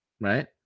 right